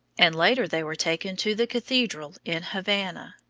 and later they were taken to the cathedral in havana.